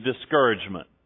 discouragement